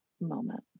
moment